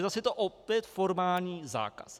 Zase je to opět formální zákaz.